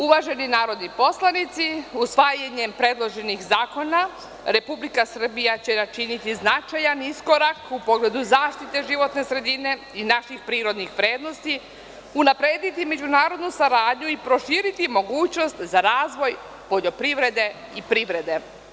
Uvaženi narodni poslanici, usvajanjem predloženim zakona Republika Srbija će načiniti značajan iskorak u pogledu zaštite životne sredine i naših prirodnih vrednosti, unaprediti međunarodnu saradnju i proširiti mogućnost za razvoj poljoprivrede i privrede.